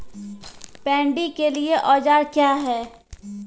Paddy के लिए औजार क्या हैं?